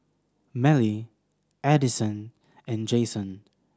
Mellie Addyson and Jayson